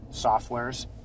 softwares